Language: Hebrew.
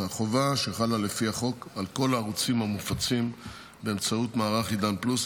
מהחובה שחלה לפי החוק על כל הערוצים המופצים באמצעות מערך עידן פלוס,